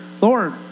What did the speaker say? Lord